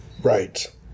Right